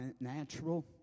natural